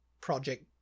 project